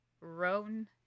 Roan